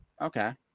okay